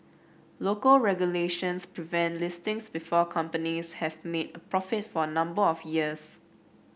local regulations prevent listings before companies have made a profit for a number of years